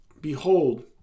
behold